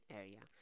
area